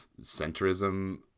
centrism